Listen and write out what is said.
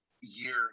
year